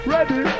Ready